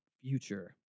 future